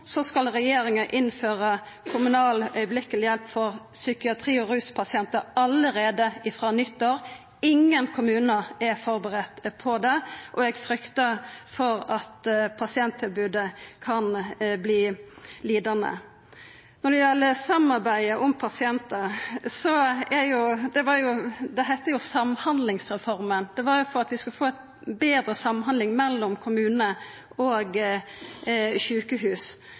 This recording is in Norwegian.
skal regjeringa innføra kommunal strakshjelp for psykiatri- og ruspasientar allereie frå nyttår. Ingen kommunar er førebudde på det, og eg fryktar for at pasienttilbodet kan verta lidande. Når det gjeld samarbeidet om pasientar, heiter det jo samhandlingsreforma, det var for at vi skulle få betre samhandling mellom kommune og sjukehus.